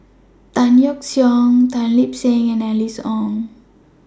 Tan Yeok Seong Tan Lip Seng and Alice Ong